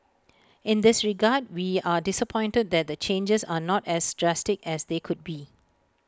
in this regard we are disappointed that the changes are not as drastic as they could be